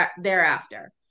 thereafter